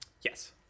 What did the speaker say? Yes